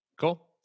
Cool